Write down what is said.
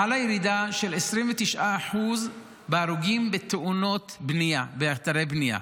חלה ירידה של 29% בהרוגים בתאונות בנייה באתרי בנייה,